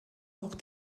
auch